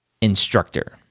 instructor